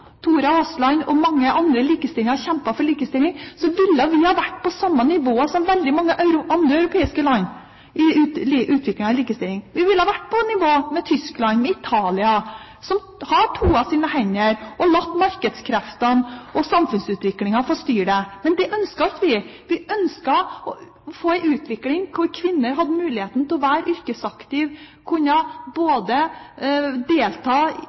Aasland og mange andre kjempet for likestilling, ville vi ha vært på det samme nivået som veldig mange andre europeiske land i utviklingen av likestilling. Vi ville vært på nivå med Tyskland og Italia, som har toet sine hender og latt markedskreftene og samfunnsutviklingen få styre det. Men det ønsket ikke vi. Vi ønsket å få en utvikling hvor kvinner hadde muligheten til å være yrkesaktive, kunne delta både